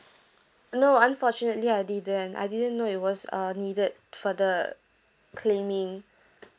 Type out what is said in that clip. no unfortunately I didn't I didn't know it was uh needed for the claiming